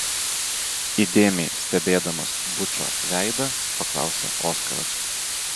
įdėmiai stebėdamas bučo veidą paklausė oskaras